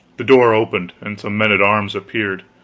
the door opened, and some men-at-arms appeared.